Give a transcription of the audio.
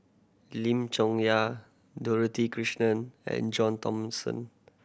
Lim Chong Yah Dorothy Krishnan and John Thomson